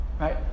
Right